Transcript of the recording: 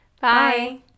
Bye